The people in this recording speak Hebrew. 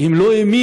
כי הם לא האמינו